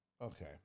Okay